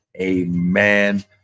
Amen